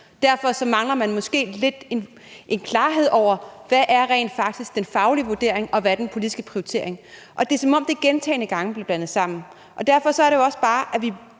Derfor mangler man måske lidt en klarhed over, hvad der rent faktisk er den faglige vurdering, og hvad der er den politiske prioritering. Og det er, som om det er gentagne gange, at de er blandet sammen. Derfor beder vi jer også bare om,